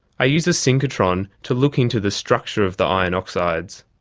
i use a synchrotron to look into the structure of the iron oxides.